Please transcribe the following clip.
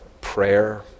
Prayer